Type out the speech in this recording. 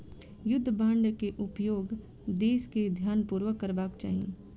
युद्ध बांड के उपयोग देस के ध्यानपूर्वक करबाक चाही